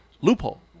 loophole